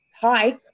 Hi